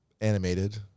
animated